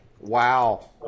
Wow